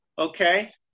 Okay